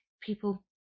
people